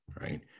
right